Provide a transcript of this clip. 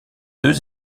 deux